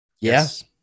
Yes